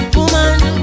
Woman